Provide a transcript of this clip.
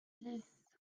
six